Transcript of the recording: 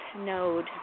node